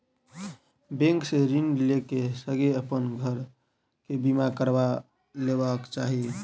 bank से ऋण लै क संगै अपन घर के बीमा करबा लेबाक चाही